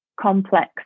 complex